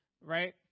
Right